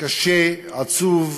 קשה, עצוב,